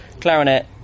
clarinet